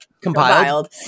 compiled